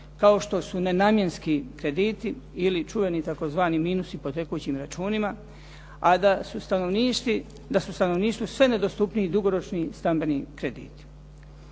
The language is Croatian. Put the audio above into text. kao što su nenamjenski krediti ili čuveni tzv. minusi po tekućim računima, a da su stanovništvu sve nedostupniji dugoročni stambeni krediti.